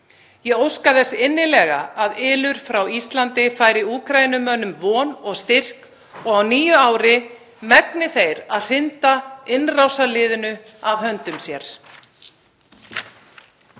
Ég óska þess innilega að ylur frá Íslandi færi Úkraínumönnum von og styrk og að á nýju ári megni þeir að hrinda innrásarliðinu af höndum sér.